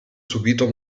subito